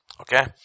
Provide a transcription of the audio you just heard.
Okay